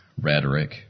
rhetoric